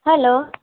hello